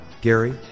Gary